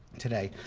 today.